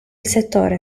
settore